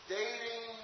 dating